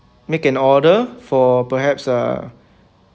make an order for perhaps uh